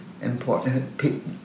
important